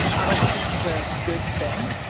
um i think this is a good thing.